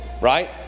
right